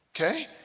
Okay